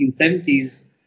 1970s